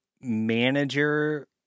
manager